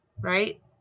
right